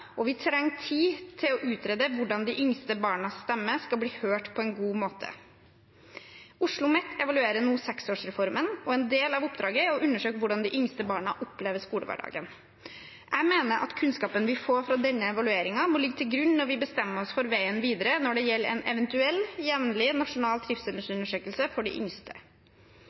og vi trenger tid til å utrede hvordan de yngste barnas stemme skal bli hørt på en god måte. OsloMet evaluerer nå seksårsreformen, og en del av oppdraget er å undersøke hvordan de yngste barna opplever skolehverdagen. Jeg mener at kunnskapen vi får fra denne evalueringen, må ligge til grunn når vi bestemmer oss for veien videre når det gjelder en eventuell jevnlig, nasjonal trivselsundersøkelse for de yngste.